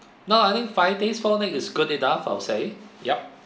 no I think five days four night is good enough I'll say yup